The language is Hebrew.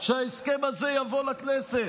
שההסכם הזה יבוא לכנסת.